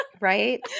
Right